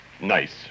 Nice